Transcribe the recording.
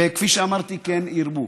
וכפי שאמרתי, כן ירבו.